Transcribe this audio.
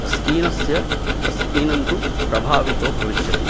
स्कीनस्य स्कीनन्तु प्रभावितो भविष्यति